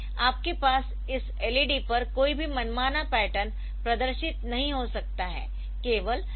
इसलिए आपके पास इस LED पर कोई भी मनमाना पैटर्न प्रदर्शित नहीं हो सकता है